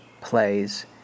plays